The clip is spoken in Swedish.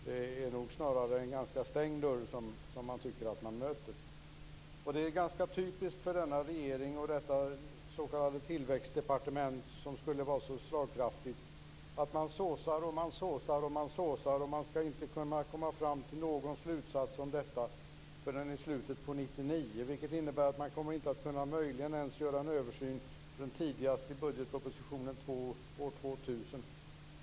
Det är nog snarare en ganska stängd dörr som man tycker att man möter. Det är ganska typiskt för denna regering och detta s.k. tillväxtdepartement som skulle vara så slagkraftigt att man såsar och inte kan komma fram till någon slutsats om detta förrän i slutet av 1999. Det innebär att man inte ens kommer att kunna göra en översyn förrän tidigast i budgetpropositionen år 2000.